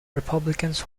republicans